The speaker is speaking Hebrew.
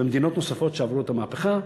במדינות נוספות שעברו את המהפכה.